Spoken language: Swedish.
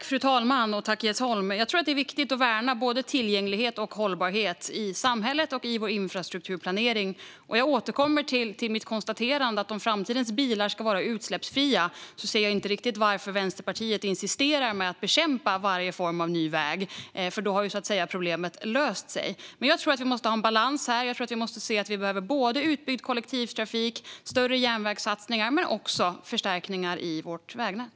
Fru talman! Jag tror att det är viktigt att värna både tillgänglighet och hållbarhet i samhället och i vår infrastrukturplanering. Jag återkommer till mitt konstaterande: Om framtidens bilar ska vara utsläppsfria ser jag inte riktigt varför Vänsterpartiet insisterar på att bekämpa varje ny väg. Problemet har ju i så fall löst sig, så att säga. Jag tror dock att vi måste ha en balans här. Jag tror att vi måste se att vi behöver såväl utbyggd kollektivtrafik och större järnvägssatsningar som förstärkningar i vårt vägnät.